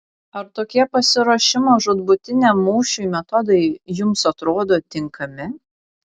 ar tokie pasiruošimo žūtbūtiniam mūšiui metodai jums atrodo tinkami